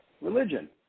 Religion